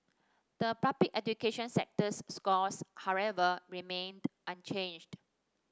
the Public education sector's scores however remained unchanged